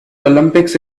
olympics